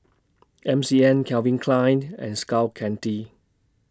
M C N Calvin Klein and Skull Candy